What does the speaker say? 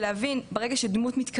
וזו כל המטרה של המטה-ורס,